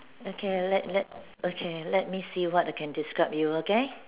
okay let let okay let me see what I can describe you okay